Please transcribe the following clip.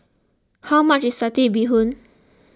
how much is Satay Bee Hoon